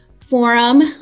Forum